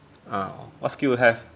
ah what skill you have